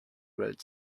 road